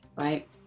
right